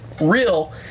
real